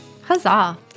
Huzzah